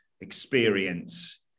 experience